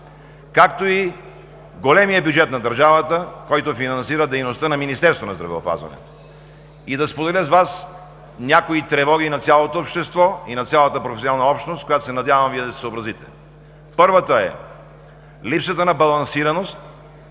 както и големият бюджет на държавата, който финансира дейността на Министерството на здравеопазването. И да споделя с Вас някои тревоги на цялото общество и на цялата професионална общност, с която се надявам Вие да се съобразите. Първата е липсата на балансираност